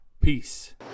Peace